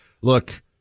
look